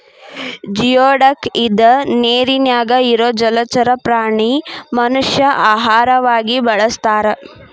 geoduck ಇದ ನೇರಿನ್ಯಾಗ ಇರು ಜಲಚರ ಪ್ರಾಣಿ ಮನಷ್ಯಾ ಆಹಾರವಾಗಿ ಬಳಸತಾರ